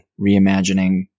reimagining